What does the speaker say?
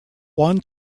one